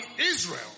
Israel